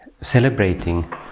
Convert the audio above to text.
celebrating